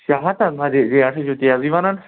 شےٚ ہَتھ حظ مگر یہِ ریٹ ہَے چھُو تیزٕے ونان